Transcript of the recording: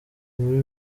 muri